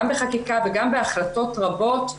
גם בחקיקה וגם בהחלטות רבות,